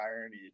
irony